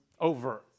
over